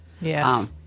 Yes